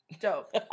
Dope